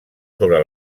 sobre